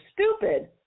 stupid